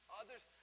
others